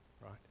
right